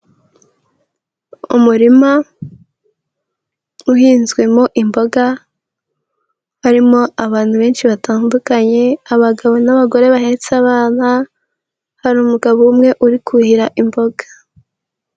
Umurima uhinzwemo imboga harimo abantu benshi batandukanye abagabo n'abagore bahetse abana, hari umugabo umwe uri kuhira imboga.